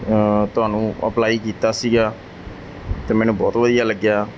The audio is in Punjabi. ਤੁਹਾਨੂੰ ਅਪਲਾਈ ਕੀਤਾ ਸੀਗਾ ਅਤੇ ਮੈਨੂੰ ਬਹੁਤ ਵਧੀਆ ਲੱਗਿਆ